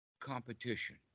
competition